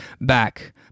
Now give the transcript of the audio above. Back